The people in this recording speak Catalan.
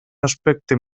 aspecte